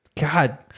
God